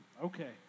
Okay